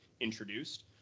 introduced